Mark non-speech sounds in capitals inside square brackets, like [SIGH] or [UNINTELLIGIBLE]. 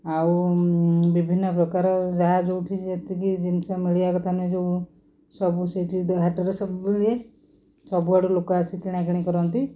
ଆଉ ବିଭିନ୍ନ ପ୍ରକାର ଯାହା ଯେଉଁଠି ଯେତିକି ଜିନିଷ ମିଳିବା କଥା ନୁହେଁ ଯେଉଁ ସବୁ ସେଇଠି [UNINTELLIGIBLE] ହାଟରେ ସବୁ ମିଳେ ସବୁଆଡ଼ୁ ଲୋକ ଆସି କିଣାକିଣି କରନ୍ତି